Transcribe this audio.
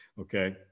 Okay